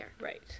Right